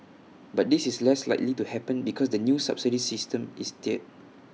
but this is less likely to happen because the new subsidy system is there